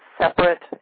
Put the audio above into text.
separate